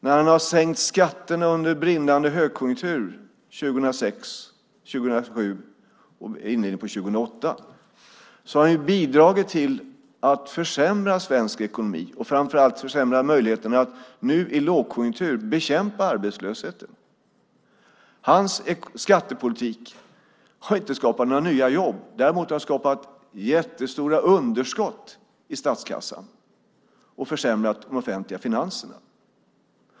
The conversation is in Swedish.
När han under brinnande högkonjunktur, 2006, 2007 och in på 2008, har sänkt skatterna har han bidragit till att försämra svensk ekonomi och framför allt försämrat möjligheterna att nu i lågkonjunktur bekämpa arbetslösheten. Hans skattepolitik har inte skapat några nya jobb. Däremot har han skapat jättestora underskott i statskassan och försämrat de offentliga finanserna.